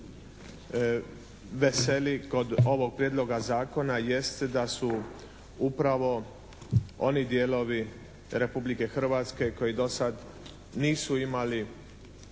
veseli kod ovog prijedloga zakona jeste da su upravo oni dijelovi Republike Hrvatske koji do sada nisu imali